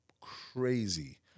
crazy